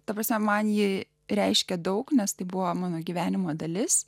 ta prasme man ji reiškia daug nes tai buvo mano gyvenimo dalis